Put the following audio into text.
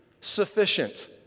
sufficient